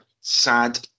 sad